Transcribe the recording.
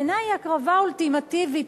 בעיני היא הקרבה אולטימטיבית,